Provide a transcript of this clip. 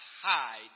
hide